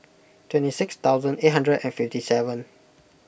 twenty six thousand eight hundred fifty seven